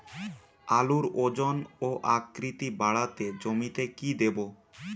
আলুর ওজন ও আকৃতি বাড়াতে জমিতে কি দেবো?